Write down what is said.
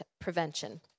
prevention